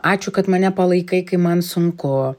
ačiū kad mane palaikai kai man sunku